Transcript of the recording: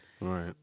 Right